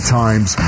times